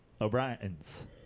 O'Brien's